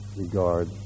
regard